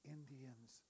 Indians